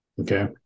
Okay